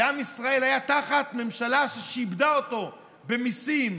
ועם ישראל היה תחת ממשלה ששעבדה אותו במיסים,